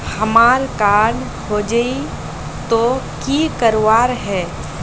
हमार कार्ड खोजेई तो की करवार है?